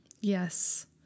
Yes